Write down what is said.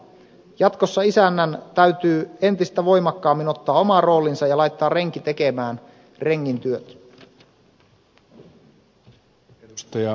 jatkossa isännän täytyy entistä voimakkaammin ottaa oma roolinsa ja laittaa renki tekemään rengin työt